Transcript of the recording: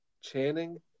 Channing